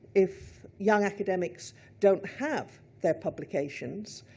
if young academics don't have their publications,